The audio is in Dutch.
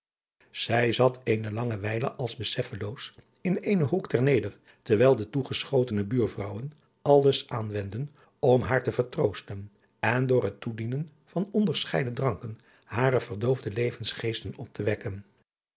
zij zat eene lange wijle als besesfeloos in eenen hoek ter neder terwijl de toegeschotene buurvrouwen alles aanwendden om haar te vertroosten en door het toedienen van onderscheiden dranken hare verdoofde levensgeesten op te wekken